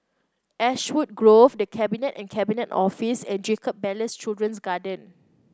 Ashwood Grove The Cabinet and Cabinet Office and Jacob Ballas Children's Garden